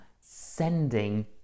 sending